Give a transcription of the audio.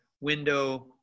window